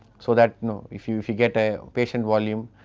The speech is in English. so that if you if you get a patient volume,